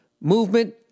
Movement